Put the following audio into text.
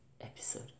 episode